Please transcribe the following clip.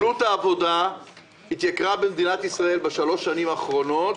עלות העבודה התייקרה במדינת ישראל בשלוש השנים האחרונות,